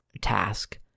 task